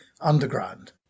underground